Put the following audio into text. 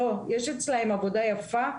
לא, יש אצלם עבודה יפה,